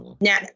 now